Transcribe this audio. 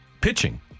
pitching